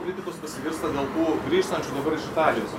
kritikos pasigirsta dėl tų grįžtančių dabar iš italijos